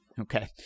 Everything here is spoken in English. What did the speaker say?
Okay